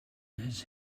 his